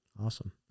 Awesome